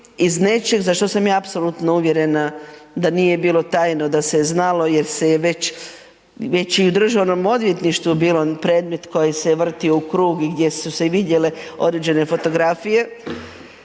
iz nečeg za što sam ja apsolutno uvjerena da nije bilo tajno da se je znalo jer se je već, već i u državnom odvjetništvu bilo predmet koji se je vrtio u krug i gdje su se i vidjele određene fotografije,